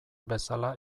bezala